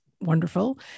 wonderful